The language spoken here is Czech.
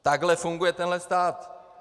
Takhle funguje tenhle stát.